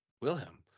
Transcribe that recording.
Wilhelm